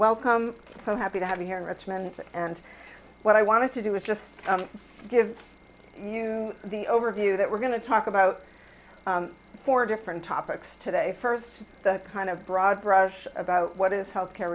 welcome so happy to have you here in richmond and what i want to do is just to give you the overview that we're going to talk about four different topics today first the kind of broad brush about what is health care